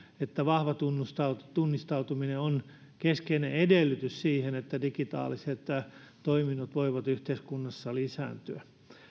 että vahva tunnistautuminen on keskeinen edellytys sille että digitaaliset toiminnot voivat yhteiskunnassa lisääntyä